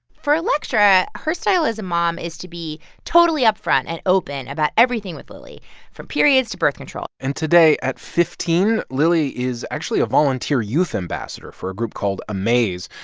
for electra, her style as a mom is to be totally upfront and open about everything with lily from periods to birth control and today, at fifteen, lily is actually a volunteer youth ambassador for a group called amaze,